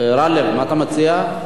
גאלב, מה אתה מציע?